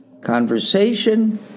conversation